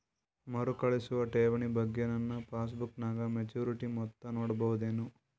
ಮರುಕಳಿಸುವ ಠೇವಣಿ ಬಗ್ಗೆ ನನ್ನ ಪಾಸ್ಬುಕ್ ನಾಗ ಮೆಚ್ಯೂರಿಟಿ ಮೊತ್ತ ನೋಡಬಹುದೆನು?